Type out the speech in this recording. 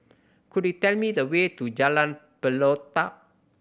could you tell me the way to Jalan Pelatok